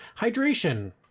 hydration